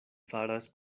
faras